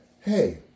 hey